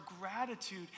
gratitude